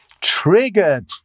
triggered